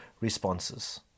responses